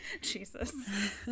Jesus